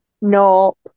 nope